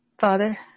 Father